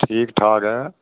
ठीक ठाक ऐ